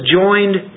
joined